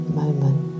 moment